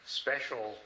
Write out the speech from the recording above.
special